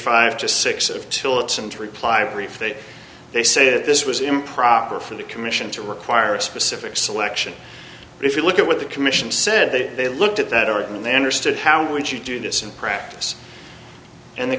five to six of tillotson to reply brief they they say that this was improper for the commission to require a specific selection but if you look at what the commission said that they looked at that article and they understood how would you do this in practice and the